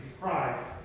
Christ